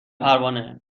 پروانه